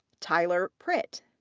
tyler pritt.